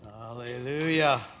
Hallelujah